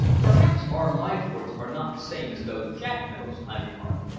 perhaps our leithcourts are not the same as those jack knows, i remarked,